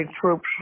troops